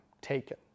taken